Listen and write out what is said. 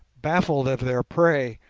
baffled of their prey,